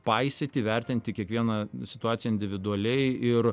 paisyti vertinti kiekvieną situaciją individualiai ir